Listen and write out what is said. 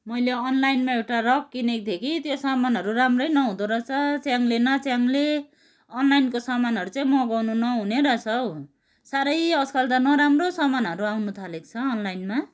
मैले अनलाइनमा एउटा रक किनेको थिएँ कि त्यो सामानहरू राम्रै नहुँदो रहेछ च्याङ्ले न च्याङ्ले अनलाइनको सामानहरू चाहिँ मगाउनु नहुने रहेछ हौ साह्रै आजकल त नराम्रो सामानहरू आउनु थालेको छ अनलाइनमा